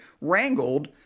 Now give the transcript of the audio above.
Wrangled